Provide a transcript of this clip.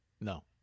No